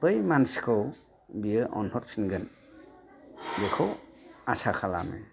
बै मानसिखौ बियो अनहरफिनगोन बेखौ आसा खालामो